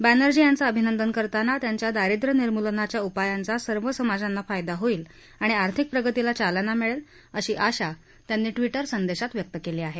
बॅनर्जी यांचं अभिनंदन करताना त्यांच्या दारिद्रय निर्मुलनाच्या उपायांचा सर्वसमाजांना फायदा होईल आणि आर्थिक प्रगतीला चालना मिळेल अशी आशा त्यांनी ट्विटरसंदेशात व्यक्त केली आहे